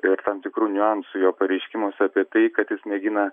ir tam tikrų niuansų jo pareiškimuose apie tai kad jis mėgina